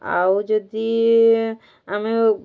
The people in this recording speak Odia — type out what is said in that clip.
ଆଉ ଯଦି ଆମେ